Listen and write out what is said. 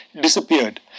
disappeared